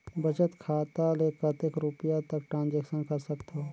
बचत खाता ले कतेक रुपिया तक ट्रांजेक्शन कर सकथव?